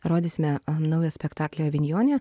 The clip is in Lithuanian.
rodysime naują spektaklį avinjone